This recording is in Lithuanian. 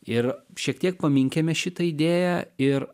ir šiek tiek paminkėme šitą idėją ir